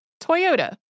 Toyota